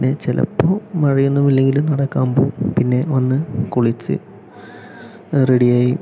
പിന്നെ ചിലപ്പോൾ മഴയൊന്നുമില്ലെങ്കിൽ നടക്കാൻ പോകും പിന്നെ വന്ന് കുളിച്ച് റെഡിയായി